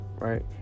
Right